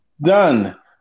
done